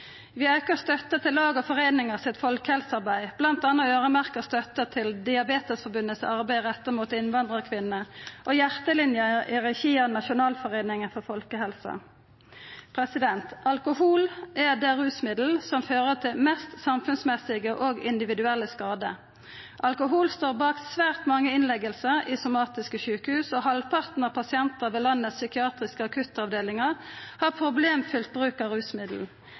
Vi aukar støtta til folkehelsearbeidet til lag og foreiningar – bla. ved å øyremerka støtta til Diabetesforbundets arbeid retta mot innvandrarkvinner og Hjertelinjen i regi av Nasjonalforeningen for folkehelsen. Alkohol er det rusmidlet som fører til flest samfunnsmessige og individuelle skadar. Alkohol er årsaka til svært mange innleggingar i somatiske sjukehus, og halvparten av pasientane ved dei psykiatriske akuttavdelingane i landet har problemfylt bruk av rusmiddel.